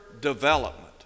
development